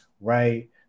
right